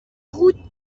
route